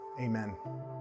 Amen